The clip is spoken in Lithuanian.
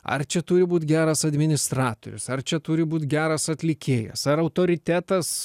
ar čia turi būt geras administratorius ar čia turi būt geras atlikėjas ar autoritetas